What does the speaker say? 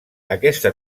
aquesta